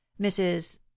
mrs